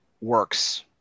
works